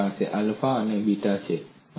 અને તમારી પાસે આલ્ફા અને બીટા છે